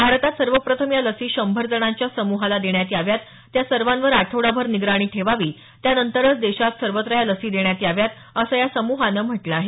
भारतात सर्वप्रथम या लसी शंभर जणांच्या समूहाला देण्यात याव्यात त्या सर्वांवर आठवडाभर निगराणी ठेवावी त्यानंतरच देशात सर्वत्र या लसी देण्यात याव्यात असं या समूहान म्हटल आहे